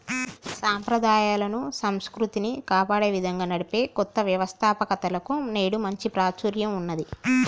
సంప్రదాయాలను, సంస్కృతిని కాపాడే విధంగా నడిపే కొత్త వ్యవస్తాపకతలకు నేడు మంచి ప్రాచుర్యం ఉన్నది